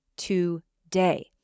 Today